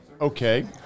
okay